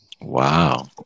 wow